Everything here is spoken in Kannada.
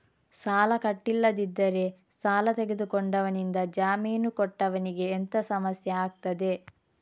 ಸಾಲ ಕಟ್ಟಿಲ್ಲದಿದ್ದರೆ ಸಾಲ ತೆಗೆದುಕೊಂಡವನಿಂದ ಜಾಮೀನು ಕೊಟ್ಟವನಿಗೆ ಎಂತ ಸಮಸ್ಯೆ ಆಗ್ತದೆ?